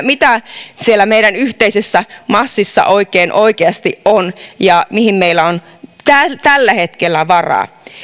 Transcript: mitä siellä meidän yhteisessä massissa oikein oikeasti on ja mihin meillä on tällä tällä hetkellä varaa